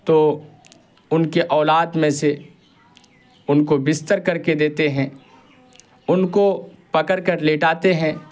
تو ان کے اولاد میں سے ان کو بستر کر کے دیتے ہیں ان کو پکڑ کر لٹاتے ہیں